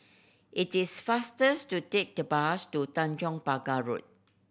it is fastest to take the bus to Tanjong Pagar Road